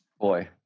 boy